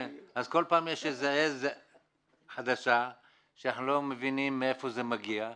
אז כל פעם יש איזו עז חדשה שאנחנו לא מבינים מאיפה זה מגיע,